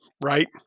right